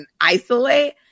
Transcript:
isolate